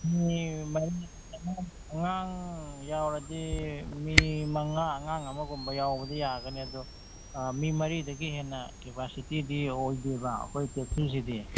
ꯃꯤ ꯃꯔꯤ ꯑꯉꯥꯡ ꯌꯥꯎꯔꯗꯤ ꯃꯤ ꯃꯉꯥ ꯑꯉꯥꯡ ꯑꯃꯒꯨꯝꯕ ꯌꯥꯎꯕꯗꯤ ꯌꯥꯒꯅꯤ ꯑꯗꯣ ꯑꯥ ꯃꯤ ꯃꯔꯤꯗꯒꯤ ꯍꯦꯟꯅ ꯀꯦꯄꯥꯁꯤꯇꯤꯗꯤ ꯑꯣꯏꯗꯦꯕ ꯑꯩꯈꯣꯏ ꯇꯦꯛꯁꯤꯁꯤꯗꯤ